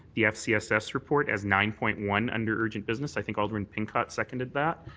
the fcss report as nine point one under urgent business. i think alderman pincott seconded that.